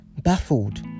baffled